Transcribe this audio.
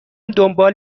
دنبال